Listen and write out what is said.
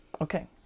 Okay